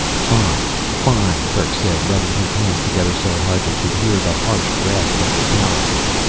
fine, fine, kerk said, rubbing his hands together so hard they could hear the harsh rasp of the callouses.